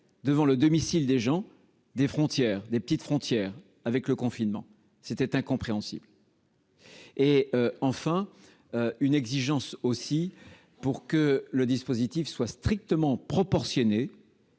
devant le domicile des gens des frontières des petites frontières avec le confinement c'était incompréhensible et enfin une exigence aussi pour que le dispositif soit strictement proportionnée.